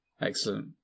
Excellent